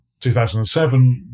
2007